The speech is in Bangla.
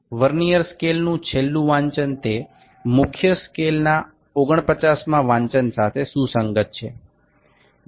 ভার্নিয়ার স্কেলের সর্বশেষ পাঠটি মূল স্কেলের ৪৯ তম পাঠের সাথে মিলে যায়